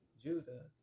Judah